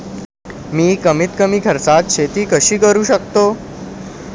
मी कमीत कमी खर्चात शेती कशी करू शकतो?